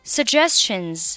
Suggestions